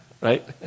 right